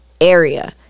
area